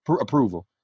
Approval